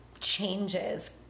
changes